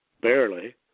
barely